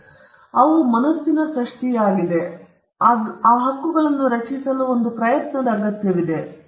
ಆದ್ದರಿಂದ ಅವುಗಳು ಮನಸ್ಸಿನ ಸೃಷ್ಟಿಗಳಾಗಿವೆ ಆದರೆ ಈ ಹಕ್ಕುಗಳನ್ನು ರಚಿಸಲು ಇದು ಒಂದು ಪ್ರಯತ್ನದ ಅಗತ್ಯವಿದೆ